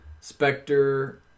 Spectre